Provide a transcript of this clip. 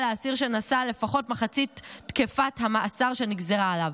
לאסיר שנשא לפחות מחצית תקופת המאסר שנגזרה עליו.